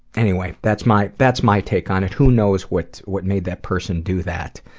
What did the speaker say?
anyway, that's my that's my take on it, who knows what what made that person do that.